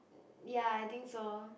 ya I think so